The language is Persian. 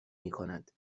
میکند